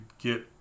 get